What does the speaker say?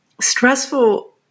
stressful